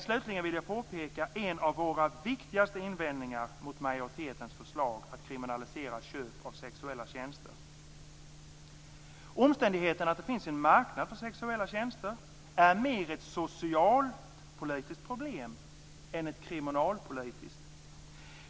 Slutligen vill jag peka på en av våra viktigaste invändningar mot majoritetens förslag att kriminalisera köp av sexuella tjänster. Omständigheten att det finns en marknad för sexuella tjänster är mer ett socialpolitiskt problem än ett kriminalpolitiskt.